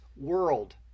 world